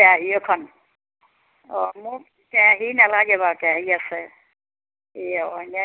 আহিহে খোৱাম অঁ মোক কেৰাহী নেলাগে বাৰু কেৰাহী আছে এই অইনহে